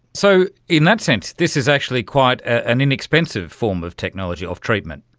so in that sense this is actually quite an inexpensive form of technology, of treatment.